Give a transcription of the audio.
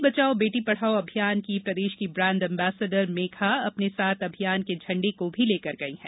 बेटी बचाओ बेटी पढ़ाओ अभियान की प्रदेश की ब्रांड एम्बेसडर मेघा अपने साथ अभियान के झंडे को भी लेकर गई हैं